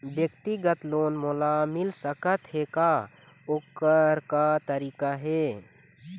व्यक्तिगत लोन मोल मिल सकत हे का, ओकर का तरीका हे?